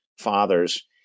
fathers